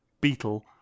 Beetle